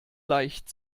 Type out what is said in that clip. leicht